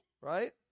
right